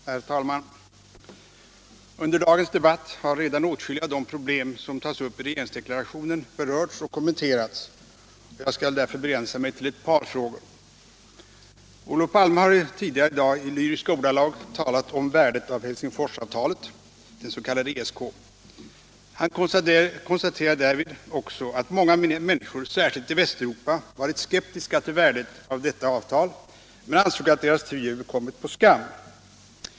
Herr talman! Under dagens debatt har redan åtskilliga av de problem som tas upp i regeringsdeklarationen berörts och kommenterats. Jag skall därför begränsa mig till ett par frågor. Olof Palme har tidigare i dag i lyriska ordalag talat om värdet av Helsingforsavtalet, det s.k. ESK. Han konstaterade därvid att många människor, särskilt i Västeuropa, har varit skeptiska till värdet av detta avtal men ansåg att deras tvivel kommit på skam.